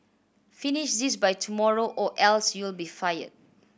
finish this by tomorrow or else you'll be fired